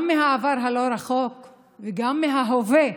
גם מהעבר